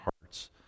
hearts